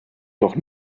doch